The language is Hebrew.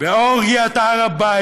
ואורגיית הר הבית,